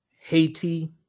Haiti